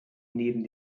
neben